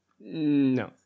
No